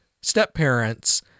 step-parents